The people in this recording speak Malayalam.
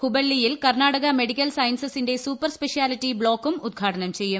ഹുബള്ളിയിൽ കർണാടക മെഡിക്കൽ സയൻസസിന്റെ സൂപ്പർ സ്പെഷ്യാലിറ്റി ബ്ലോക്കും ഉദ്ഘാടനം ചെയ്യും